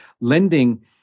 lending